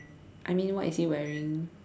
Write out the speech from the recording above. I mean what is he wearing